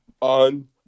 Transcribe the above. on